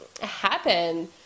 happen